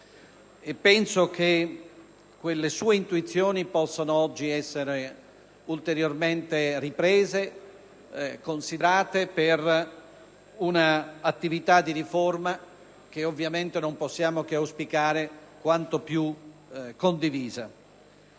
Penso che quelle sue intuizioni possano essere oggi ulteriormente riprese e considerate per un'attività di riforma che, ovviamente, non possiamo che auspicare quanto più condivisa.